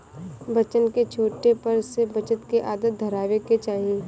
बच्चन के छोटे पर से बचत के आदत धरावे के चाही